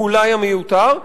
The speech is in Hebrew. ואולי המיותר,